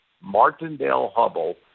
Martindale-Hubble